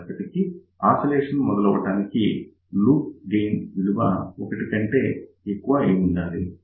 అయినప్పటికీ ఆసిలేషన్ మొదలవడానికి loop gain విలువ 1 కంటే ఎక్కువ అయి ఉండాలి